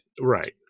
Right